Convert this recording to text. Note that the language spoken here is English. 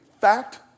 fact